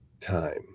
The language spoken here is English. time